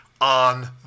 on